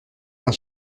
d’un